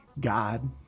god